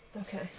Okay